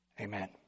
Amen